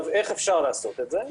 איך אפשר לעשות את זה?